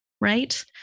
right